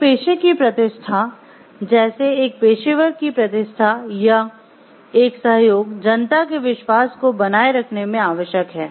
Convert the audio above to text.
एक पेशे की प्रतिष्ठा जैसे एक पेशेवर की प्रतिष्ठा या एक सहयोग जनता के विश्वास को बनाए रखने में आवश्यक है